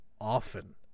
often